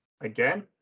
Again